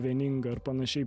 vieninga ar panašiai